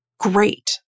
Great